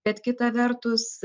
bet kita vertus